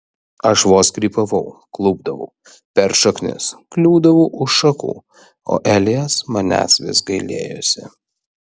aš vos krypavau klupdavau per šaknis kliūdavau už šakų o elijas manęs vis gailėjosi